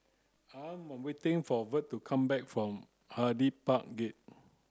I am waiting for Verl to come back from Hyde Park Gate